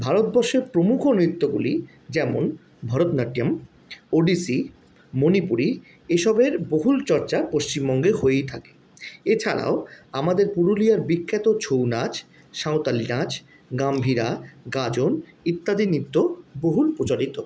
ভারতবর্ষের প্রমুখ নৃত্যগুলি যেমন ভরতনাট্যম ওড়িশি মণিপুরী এসবের বহুল চর্চা পশ্চিমবঙ্গে হয়েই থাকে এছাড়াও আমাদের পুরুলিয়ার বিখ্যাত ছৌ নাচ সাঁওতালি নাচ গম্ভীরা গাজন ইত্যাদি নৃত্য বহুল প্রচারিত